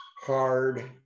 hard